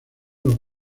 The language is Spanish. los